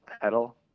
pedal